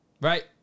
Right